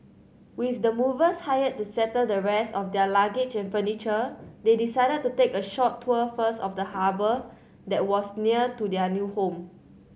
with the movers hired to settle the rest of their luggage and furniture they decided to take a short tour first of the harbour that was near to their new home